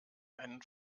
einen